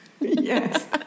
Yes